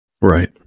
Right